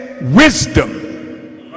Wisdom